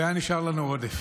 והיה נשאר לנו עודף.